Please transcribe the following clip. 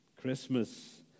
Christmas